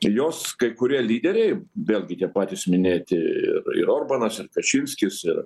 jos kai kurie lyderiai vėlgi tie patys minėti ir orbanas ir kačinskis ir